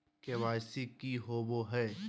KYC की हॉबे हय?